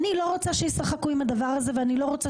אני לא רוצה שישחקו עם הדבר הזה ואני לא רוצה